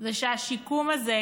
זה שהשיקום הזה,